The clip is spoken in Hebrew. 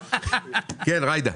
ג'ידא,